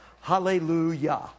hallelujah